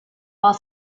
while